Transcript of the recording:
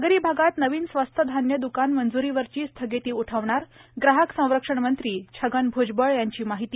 नागरी भागात नवीन स्वस्त धान्य दुकान मंजुरीवरची स्थगिती उठवणार ग्राहक संरक्षण मंत्री छगन भ्जबळ यांची माहिती